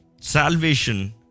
Salvation